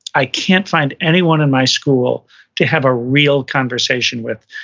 i can't find anyone in my school to have a real conversation with.